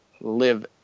live